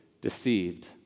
deceived